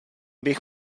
bych